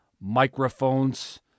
microphones